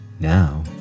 Now